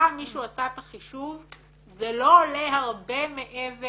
פעם מישהו עשה את החישוב, זה לא עולה הרבה מעבר